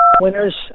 winners